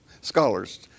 Scholars